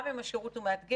גם אם השירות הוא מאתגר,